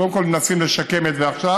קודם כול מנסים לשקם את זה עכשיו,